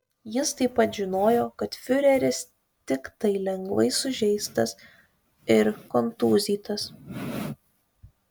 jis taip pat žinojo kad fiureris tiktai lengvai sužeistas ir kontūzytas